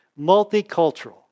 multicultural